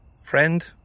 friend